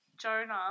Jonah